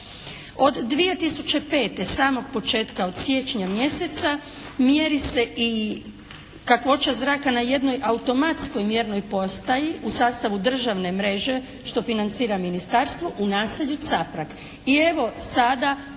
Od 2005. samog početka od siječnja mjeseca mjeri se i kakvoća zraka na jednoj automatskoj mjernoj postaji u sastavu državne mreže što financira Ministarstvo u naselju Caprag. I evo sada od